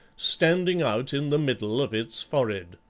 standing out in the middle of its forehead.